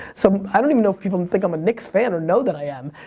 so i don't even know if people and think i'm a knicks' fan or know that i am.